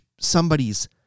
somebody's